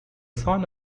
son